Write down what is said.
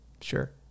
Sure